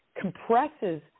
compresses